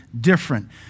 different